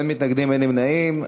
אין מתנגדים ואין נמנעים.